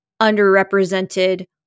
underrepresented